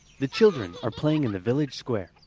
the children are playing in the village square.